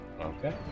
okay